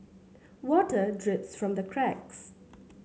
water drips from the cracks